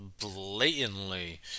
blatantly